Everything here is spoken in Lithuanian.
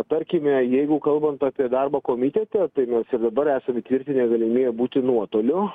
tarkime jeigu kalbant apie darbą komitete tai mes ir dabar esam įtvirtinę galimybę būti nuotoliu